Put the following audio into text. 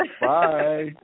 Bye